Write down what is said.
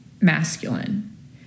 masculine